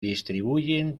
distribuyen